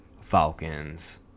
Falcons